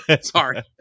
Sorry